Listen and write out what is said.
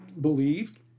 believed